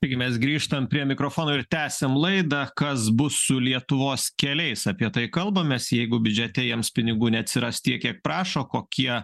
taigi mes grįžtam prie mikrofono ir tęsiam laidą kas bus su lietuvos keliais apie tai kalbamės jeigu biudžete jiems pinigų neatsiras tiek kiek prašo kokie